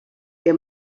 que